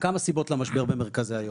כמה סיבות למשבר במרכזי היום.